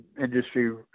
industry